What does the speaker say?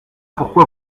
pourquoi